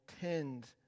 tend